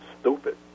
stupid